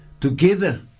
together